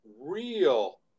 real